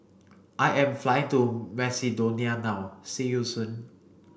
I am flying to Macedonia now see you soon